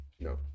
No